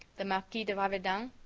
the marquis de raverdan,